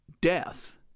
death